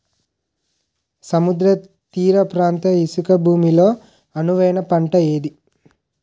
సముద్ర తీర ప్రాంత ఇసుక భూమి లో అనువైన పంట ఏది?